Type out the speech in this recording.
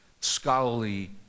scholarly